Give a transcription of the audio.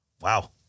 Wow